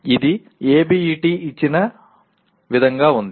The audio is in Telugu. ఇది ABET ఇచ్చిన విధంగా ఉంది